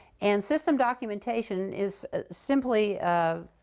and system documentation is ah simply um